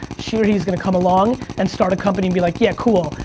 she or he is gonna come along, and start a company and be like, yeah cool.